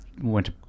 went